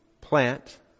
plant